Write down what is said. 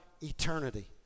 eternity